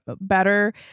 better